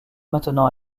maintenant